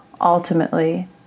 ultimately